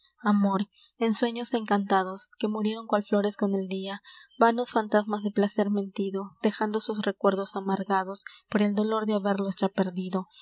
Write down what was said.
amor ensueños encantados que murieron cual flores con el dia vanos fantasmas de placer mentido dejando sus recuerdos amargados por el dolor de haberlos ya perdido